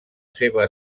seva